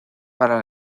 para